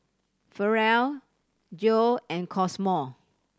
Farrell Geo and Cosmo